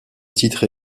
titre